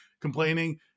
complaining